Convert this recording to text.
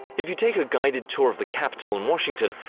if you take a guided tour of the capitol and washington,